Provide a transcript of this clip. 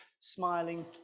smiling